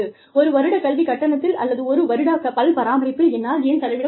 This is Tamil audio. ஒரு வருடக் கல்வி கட்டணத்தில் அல்லது ஒரு வருடப் பல் பராமரிப்பில் என்னால் ஏன் செலவிட முடியாது